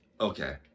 Okay